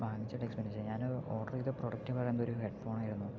വാങ്ങിച്ച ഞാന് ഓർഡർ ചെയ്ത പ്രോഡക്റ്റ് എന്ന് പറയുമ്പോൾ ഒരു ഹെഡ് ഫോൺ ആയിരുന്നു